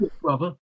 brother